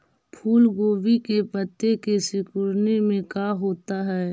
फूल गोभी के पत्ते के सिकुड़ने से का होता है?